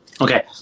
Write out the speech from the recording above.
okay